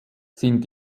sind